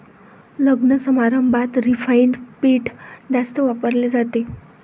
लग्नसमारंभात रिफाइंड पीठ जास्त वापरले जाते